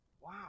Wow